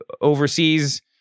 overseas